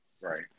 right